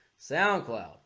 SoundCloud